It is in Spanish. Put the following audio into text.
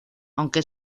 aunque